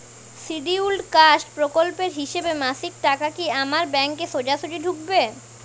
Scheduled caste প্রকল্পের হিসেবে মাসিক টাকা কি আমার ব্যাংকে সোজাসুজি ঢুকবে?